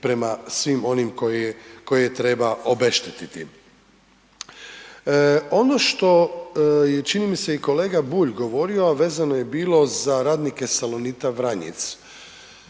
prema svim onim koje, koje treba obeštetiti. Ono što je, čini mi se i kolega Bulj govorio, a vezano je bilo za radnike Salonita Vranjic.